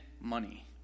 money